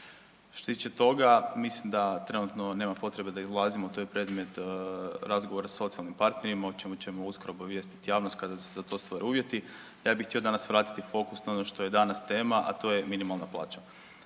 tiče toga, mislim da trenutno nema potrebe da izlazimo, to je predmet razgovora sa socijalnim partnerima, o čemu ćemo uskoro obavijestiti javnost kada se za to stvore uvjeti. Ja bih htio danas vratiti fokus na ono što je danas tema, a to je minimalna plaća.